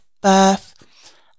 birth